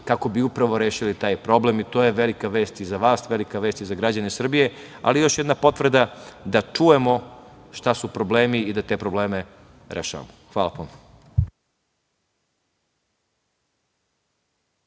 kako bi upravo rešili taj problem. To je velika vest i za vas, velika vest i za građane Srbije, ali i još jedna potvrda da čujemo šta su probleme i da te probleme rešavamo. Hvala puno.